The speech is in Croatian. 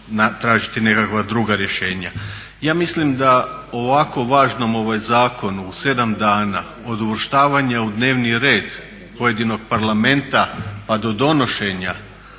nekakva druga rješenja. Ja mislim da o ovako važnom zakonu u 7 dana od uvrštavanja u dnevni red pojedinog Parlamenta, pa do donošenja